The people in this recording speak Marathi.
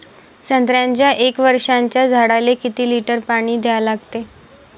संत्र्याच्या एक वर्षाच्या झाडाले किती लिटर पाणी द्या लागते?